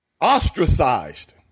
ostracized